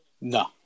No